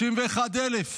91,000,